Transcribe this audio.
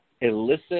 elicit